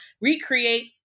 Recreate